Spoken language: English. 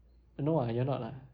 no ah you're not lah